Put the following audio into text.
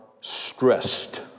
stressed